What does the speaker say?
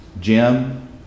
Jim